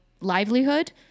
livelihood